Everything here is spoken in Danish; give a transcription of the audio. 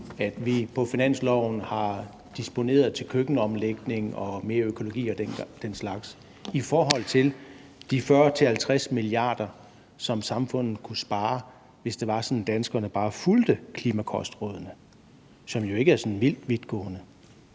på finansloven til køkkenomlægning og mere økologi og den slags, i forhold til de 40-50 mia. kr., som samfundet kunne spare, hvis det var sådan, at danskerne bare fulgte klimakostrådene, som jo ikke er sådan vildt vidtgående.